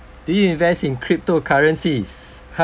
do you invest in cryptocurrencies ha